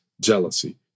jealousy